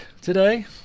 today